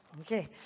Okay